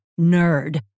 nerd